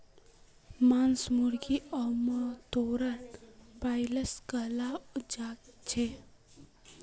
मांस मुर्गीक आमतौरत ब्रॉयलर कहाल जाछेक